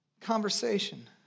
conversation